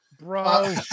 Bro